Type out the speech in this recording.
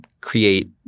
create